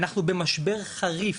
אנחנו במשבר חריף,